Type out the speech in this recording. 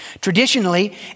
Traditionally